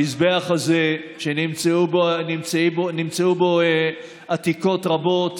המזבח הזה, שנמצאו בו עתיקות רבות,